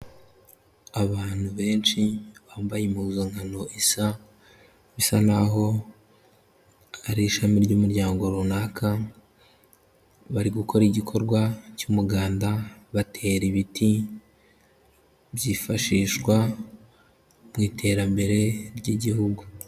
Abantu benshi bambaye impuzankano isa, bisa naho ari ishami ry'umuryango runaka, bari gukora igikorwa cy'umuganda batera ibiti, byifashishwa mu iterambere ry'igihugu.